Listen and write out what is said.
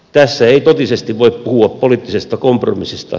tässä ei totisesti voi puhua poliittisesta kompromissista